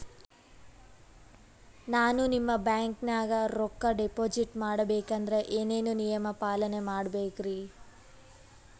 ನಾನು ನಿಮ್ಮ ಬ್ಯಾಂಕನಾಗ ರೊಕ್ಕಾ ಡಿಪಾಜಿಟ್ ಮಾಡ ಬೇಕಂದ್ರ ಏನೇನು ನಿಯಮ ಪಾಲನೇ ಮಾಡ್ಬೇಕ್ರಿ?